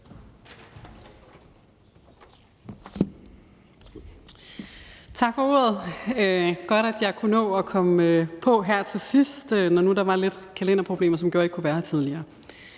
Tak for ordet. Godt, at jeg kunne nå at komme på her til sidst, når nu der var lidt kalenderproblemer, som gjorde, at jeg ikke kunne være her tidligere.